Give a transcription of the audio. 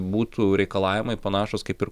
būtų reikalavimai panašūs kaip ir